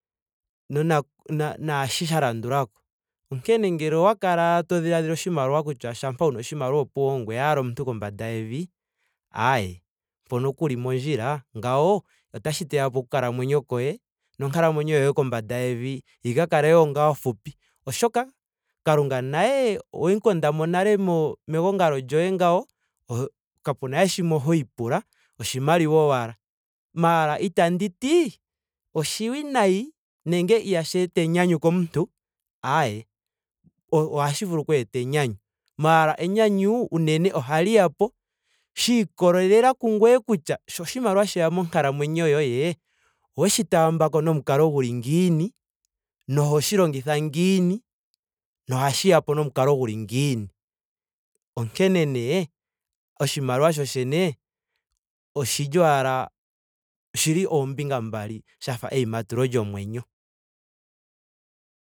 Nona naashi sha landulako. Onkene ngele owa kala owala to dhiladhila oshimaliwa kutya shampa wuna wuna oshimaliwa opuwo ongweye ashike omuntu kombanda yevi. aaye mpono kuli mondjila. ngawo otashi teyapo oku kalamwenyo koye nonkalamwenyo yoye kombanda yevi yi ka kale wo ngaa onfupi. oshoka kalunga naye owemu kondamo nale mo- megongalo lyoye ngawo. kapena we shimwe ho ipula. oshimaliwa owala. Maara itanditi oshiwinayi nenge ihashi eta enyanyu komuntu. ayee. o- ohashi vulu okweeta enyanyu. Maara enyanyu unene ohali ya po shiikolelela kungweye kutya sho oshimaliwa sheya monkalamwenyo yoye. oweshi taambako nomukalo guni ngiini. na ohoshi longitha ngiini. nohashi ya po nomukalo guli ngiini. Onkene nee oshimaliwa shoshene oshili owala oshili oombinga mbali shafa eimatulo lyomwenyo.